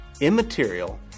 immaterial